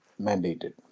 mandated